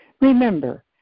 Remember